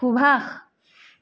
সুবাস